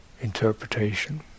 interpretation